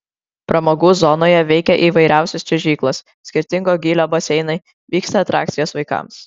pramogų zonoje veikia įvairiausios čiuožyklos skirtingo gylio baseinai vyksta atrakcijos vaikams